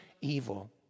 evil